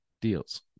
deals